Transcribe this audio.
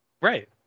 Right